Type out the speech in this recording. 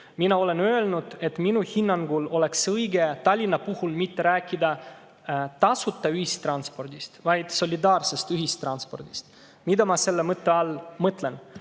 Mina olen öelnud, et minu hinnangul oleks õige Tallinna puhul mitte rääkida tasuta ühistranspordist, vaid solidaarsest ühistranspordist. Mida ma selle all mõtlen?